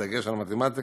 בדגש על מתמטיקה,